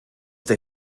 they